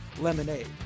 lemonade